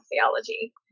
theology